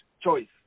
choice